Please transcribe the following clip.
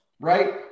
right